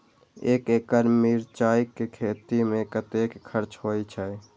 एक एकड़ मिरचाय के खेती में कतेक खर्च होय छै?